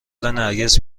نرگس